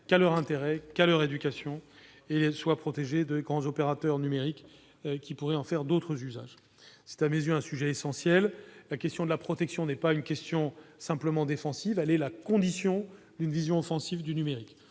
qu'à leur intérêt et leur éducation et soient protégées des grands opérateurs numériques, qui pourraient en faire d'autres usages. À mes yeux, ce sujet est essentiel. La protection n'est pas une question simplement défensive. Elle est la condition d'une vision offensive du numérique.